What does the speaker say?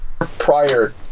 prior